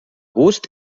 gust